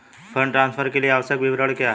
Fund transfer के लिए आवश्यक विवरण क्या हैं?